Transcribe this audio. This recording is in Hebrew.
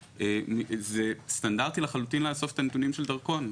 זה סטנדרטי לחלוטין לאסוף את הנתונים של דרכון.